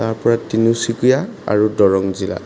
তাৰপৰা তিনিচুকীয়া আৰু দৰং জিলা